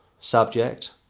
subject